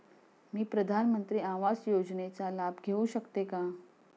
मी प्रधानमंत्री आवास योजनेचा लाभ घेऊ शकते का?